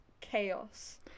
chaos